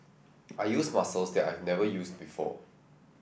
I used muscles that I've never used before